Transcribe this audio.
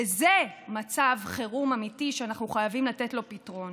וזה מצב חירום אמיתי שאנחנו חייבים לתת לו פתרון.